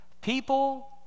People